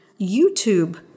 YouTube